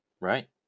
Right